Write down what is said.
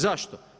Zašto?